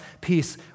peace